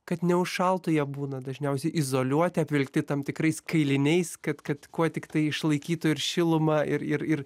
kad neužšaltų jie būna dažniausiai izoliuoti apvilkti tam tikrais kailiniais kad kad kuo tiktai išlaikytų ir šilumą ir ir ir